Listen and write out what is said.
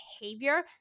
behavior